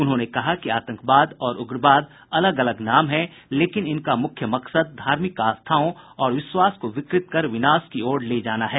उन्होंने कहा कि आतंकवाद और उग्रवाद अलग अलग नाम हैं लेकिन इनका मुख्य मकसद धार्मिक आस्थाओं और विश्वास को विकृत कर विनाश की ओर ले जाना है